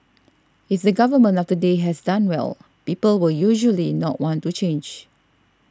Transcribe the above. if the government of the day has done well people will usually not want to change